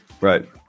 right